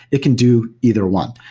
it can do either one.